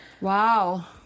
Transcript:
wow